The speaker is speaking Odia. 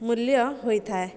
ମୂଲ୍ୟ ହୋଇଥାଏ